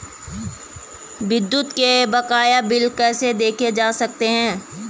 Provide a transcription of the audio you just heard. विद्युत के बकाया बिल कैसे देखे जा सकते हैं?